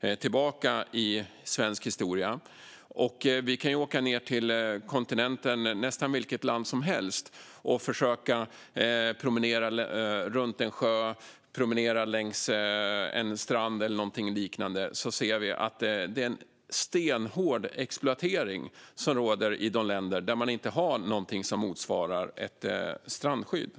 historia i Sverige. Vi kan åka ned till kontinenten - nästan vilket land som helst - och försöka promenera runt en sjö, längs en strand eller något liknande, så ser vi att det råder stenhård exploatering i länder där man inte har något som motsvarar ett strandskydd.